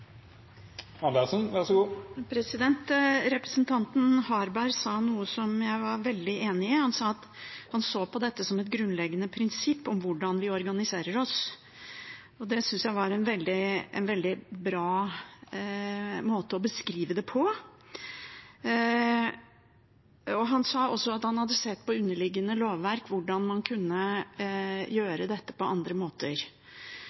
Representanten Harberg sa noe som jeg er veldig enig i. Han sa at han så på dette som et grunnleggende prinsipp om hvordan vi organiserer oss. Det synes jeg var en veldig bra måte å beskrive det på. Han sa også at han hadde sett på underliggende lovverk, hvordan man kunne